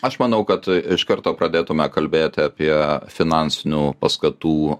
aš manau kad iš karto pradėtume kalbėti apie finansinių paskatų